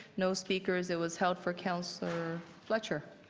no speakers. it was held for councillor fletcher.